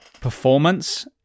performance